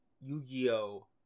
Yu-Gi-Oh